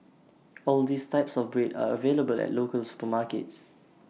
all these types of bread are available at local supermarkets